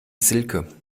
silke